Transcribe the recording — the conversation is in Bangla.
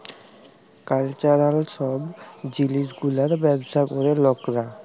কালচারাল সব জিলিস গুলার ব্যবসা ক্যরে লকরা